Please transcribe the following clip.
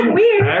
weird